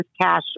cash